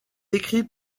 écrit